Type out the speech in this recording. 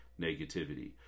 negativity